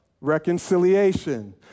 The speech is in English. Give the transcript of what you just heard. reconciliation